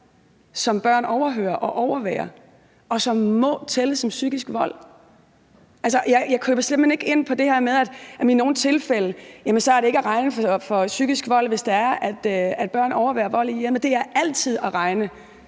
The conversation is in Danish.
som børn overhører og overværer, og som må tælle som psykisk vold? Altså, jeg køber simpelt hen ikke ind på det her med, at det i nogle tilfælde ikke er at regne for psykisk vold, hvis det er, at børn overværer vold i hjemmet. Det er altid at regne